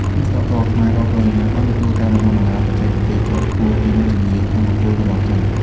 វិស្វករខ្មែររាប់រយនាក់បានទទួលការបណ្ដុះបណ្ដាលបច្ចេកទេសជាន់ខ្ពស់ពីអ្នកជំនាញថាមពលរបស់ចិន។